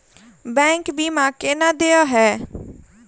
Bank बीमा केना देय है?